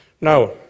Now